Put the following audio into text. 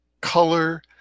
color